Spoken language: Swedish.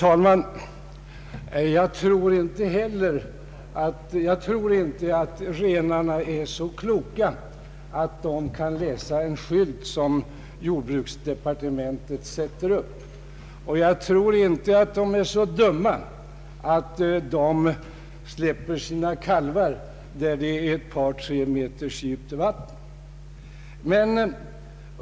Herr talman! Jag tror inte att renarna är så kloka att de kan läsa en skylt som jordbruksdepartementet har satt upp. Jag tror heller inte att de är så dumma att de släpper sina kalvar där det är ett par tre meter djupt vatten.